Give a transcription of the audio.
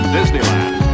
Disneyland